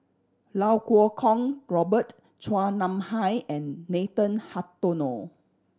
Lau Kuo Kwong Robert Chua Nam Hai and Nathan Hartono